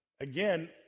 again